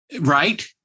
right